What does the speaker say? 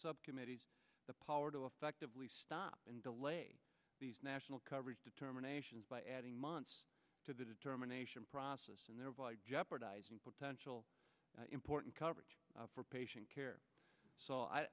subcommittees the power to effectively stop and delay national coverage determination by adding months to the determination process and thereby jeopardizing potential important coverage for patient care so i